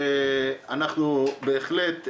אנחנו בהחלט,